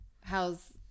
how's